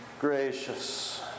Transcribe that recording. gracious